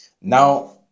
now